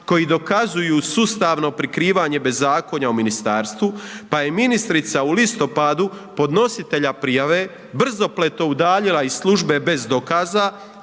koji dokazuju sustavno prekrivanje bezakonje u ministarstvu, pa je ministrica u listopadu podnositelja prijave brzopleto udaljila iz službe bez dokaza,